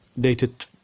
dated